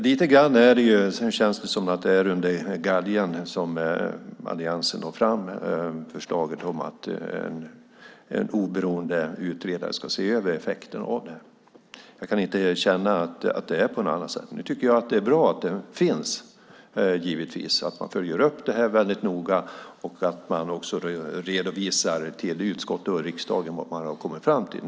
Det känns lite grann som att det var under galgen som alliansen lade fram förslaget om att en oberoende utredare ska se över effekterna. Jag kan inte känna att det är på något annat sätt. Nu tycker jag att det är bra att det finns, givetvis. Det är bra att man följer upp detta noga och också redovisar till riksdag och utskott vad man kommer fram till.